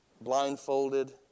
blindfolded